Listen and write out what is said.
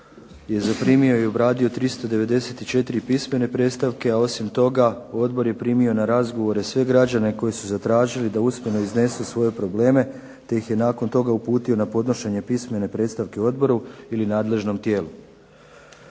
je zaprimio i obradio 394 pismene predstavke, a osim toga odbor je primio na razgovore sve građane koji su zatražili da usmeno iznesu svoje probleme te ih je nakon toga uputio na podnošenje pismene predstavke odboru ili nadležnom tijelu.